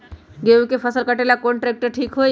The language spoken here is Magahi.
गेहूं के फसल कटेला कौन ट्रैक्टर ठीक होई?